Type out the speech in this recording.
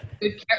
good